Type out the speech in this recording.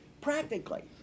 practically